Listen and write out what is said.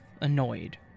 annoyed